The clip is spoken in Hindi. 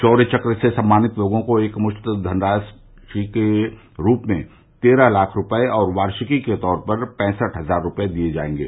शौर्य चक्र से सम्मानित लोगों को एकमुश्त धनराशि के रूप में तेरह लाख रूपये और वार्षिकी के तौर पर पैंसठ हजार रूपये दिये जायेंगे